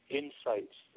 insights